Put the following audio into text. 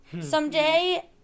someday